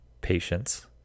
patience